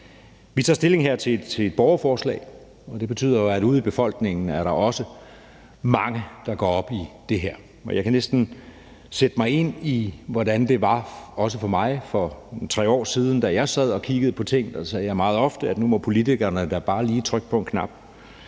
Vi tager her stilling til et borgerforslag. Det betyder, at der ude i befolkningen også er mange, der går op i det her, og jeg kan næsten sætte mig ind i, hvordan det er. Sådan var det også for mig, da jeg for ca. 3 år siden sad og kiggede på ting; så sagde jeg meget ofte, at nu må politikerne da bare lige trykke på en knap.